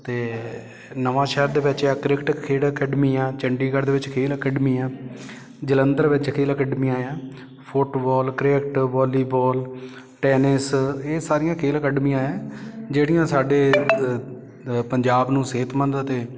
ਅਤੇ ਨਵਾਂਸ਼ਹਿਰ ਦੇ ਵਿੱਚ ਹੈ ਕ੍ਰਿਕਟ ਖੇਡ ਅਕੈਡਮੀ ਆ ਚੰਡੀਗੜ੍ਹ ਦੇ ਵਿੱਚ ਖੇਲ ਅਕੈਡਮੀ ਆ ਜਲੰਧਰ ਵਿੱਚ ਖੇਲ ਅਕੈਡਮੀਆਂਂ ਆ ਫੁੱਟਬੋਲ ਕ੍ਰਿਕਟ ਵੋਲੀਬੋਲ ਟੈਨਿਸ ਇਹ ਸਾਰੀਆਂ ਖੇਲ ਅਕੈਡਮੀਆਂ ਹੈ ਜਿਹੜੀਆਂ ਸਾਡੇ ਪੰਜਾਬ ਨੂੰ ਸਿਹਤਮੰਦ ਅਤੇ